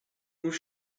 was